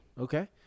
okay